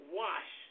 wash